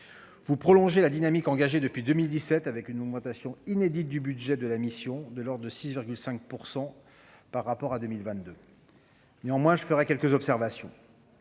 Vous prolongez la dynamique engagée depuis 2017 en augmentant de manière inédite les crédits de la mission, de l'ordre de 6,5 % par rapport à 2022. Néanmoins, je ferai quelques observations.